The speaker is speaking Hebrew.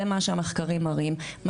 זה מה שהמחקרים מראים,